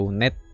net